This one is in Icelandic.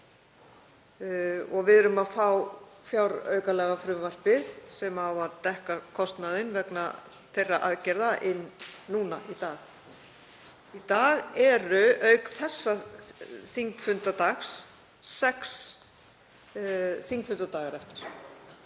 og við erum að fá fjáraukalagafrumvarpið, sem á að dekka kostnaðinn vegna þeirra aðgerða, inn núna í dag. Í dag eru, auk þessa þingfundardags, eftir sex þingfundadagar á